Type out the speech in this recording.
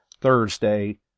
thursday